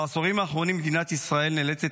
בעשורים האחרונים מדינת ישראל נאלצת